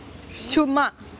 சும்மா:chumma